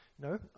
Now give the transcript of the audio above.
No